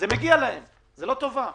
זה מגיע להם, זה לא טובה.